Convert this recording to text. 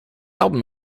album